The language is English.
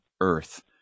earth